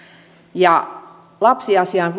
lapsiasiain